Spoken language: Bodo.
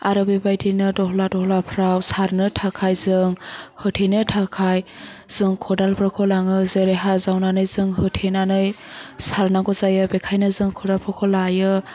आरो बिबायदि दहला दहलाफ्राव सारनो थाखाय जों होथेनो थाखाय जों खदालफोरखौ लाङो जेरै हा जावनानै जों होथेनानै सारनांगौ जायो बेखायनो जों खदालफोरखौ लायो